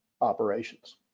operations